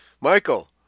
Michael